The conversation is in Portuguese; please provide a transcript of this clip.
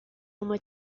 uma